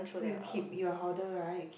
so you keep your hoarder right keep